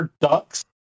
ducks